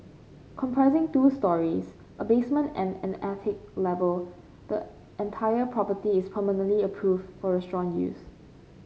comprising two storeys a basement and an attic level the entire property is permanently approved for restaurant use